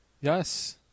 Yes